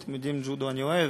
ג'ודו, אתם יודעים, ג'ודו אני אוהב